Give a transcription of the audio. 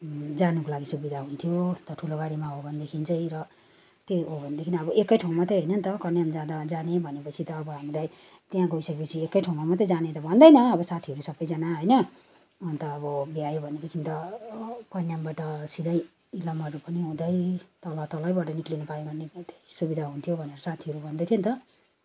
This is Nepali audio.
जानुको लागि सुविधा हुन्थ्यो त्यो ठुलो गाडीमा हो भने चाहिँ र त्यहीँ हो भनेदेखि अब एकै ठाउँ मात्रै होइन नि त कन्याम जाँदा जाने भनेपछि त अब हामीलाई त्यहाँ गइसकेपछि एकै ठाउँमा मात्रै जाने त भन्दैन अब साथीहरू सबैजना होइन अन्त अब भ्यायो भनेदेखि त कन्यामबाट सिधै इलामहरू पनि हुँदै तलतलैबाट निस्किन पाए भनेदेखि त सुविधा हुन्थ्यो भनेर साथीहरू भन्दैथियो नि त